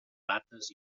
rates